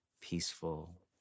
peaceful